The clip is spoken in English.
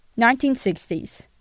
1960s